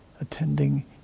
attending